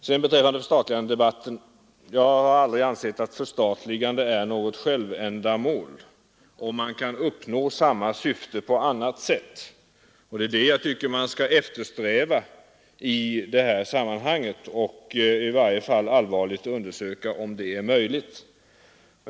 Vad sedan gäller förstatligandedebatten har jag aldrig ansett att förstatligande är något självändamål — man kan ofta uppnå samma syfte på annat sätt. Det är det jag tycker man skall eftersträva i sammanhanget; åtminstone bör man undersöka om det är möjligt.